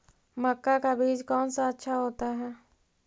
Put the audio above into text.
मक्का का बीज कौन सा अच्छा होता है?